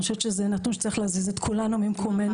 אני חושבת שזה נתון שצריך להזיז את כולנו ממקומנו.